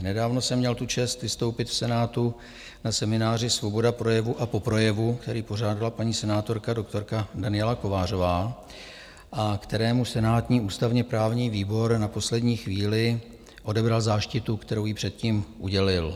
Nedávno jsem měl tu čest vystoupit v Senátu na semináři Svoboda projevu a po projevu, který pořádala paní senátorka doktorka Daniela Kovářová a kterému senátní ústavněprávní výbor na poslední chvíli odebral záštitu, kterou jí předtím udělil.